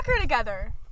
together